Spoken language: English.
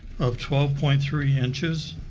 of twelve point three inches.